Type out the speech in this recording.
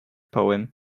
poem